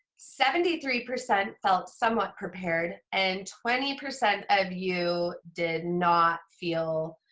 seventy three percent felt somewhat prepared, and twenty percent of you did not feel